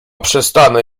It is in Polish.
przestanę